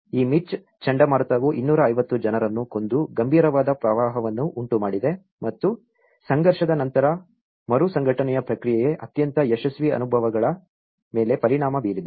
ಈ ಮಿಚ್ ಚಂಡಮಾರುತವು 250 ಜನರನ್ನು ಕೊಂದು ಗಂಭೀರವಾದ ಪ್ರವಾಹವನ್ನು ಉಂಟುಮಾಡಿದೆ ಮತ್ತು ಸಂಘರ್ಷದ ನಂತರದ ಮರುಸಂಘಟನೆಯ ಪ್ರಕ್ರಿಯೆಯ ಅತ್ಯಂತ ಯಶಸ್ವಿ ಅನುಭವಗಳ ಮೇಲೆ ಪರಿಣಾಮ ಬೀರಿದೆ